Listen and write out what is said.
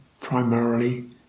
primarily